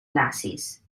nazis